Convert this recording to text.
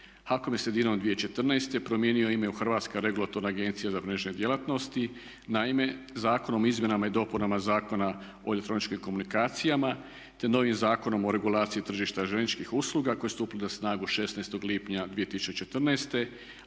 HAKOM je sredinom 2014. promijenio ime u Hrvatska regulatorna agencija za mrežne djelatnosti. Naime, Zakonom o izmjenama i dopunama Zakona o elektroničkim komunikacijama, te novim Zakonom o regulaciji tržišta željezničkih usluga koji su stupili na snagu 16. lipnja 2014.